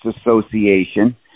Association